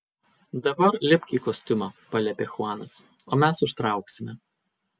dabar lipk į kostiumą paliepė chuanas o mes užtrauksime